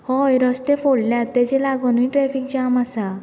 हय रस्ते फोडल्यात तेज्या लागोनूय ट्रॅफीक जाम आसा